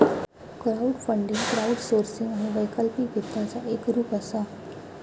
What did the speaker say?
crowdfunding crowdsourcing आणि वैकल्पिक वित्ताचा एक रूप असा